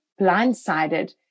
blindsided